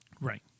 Right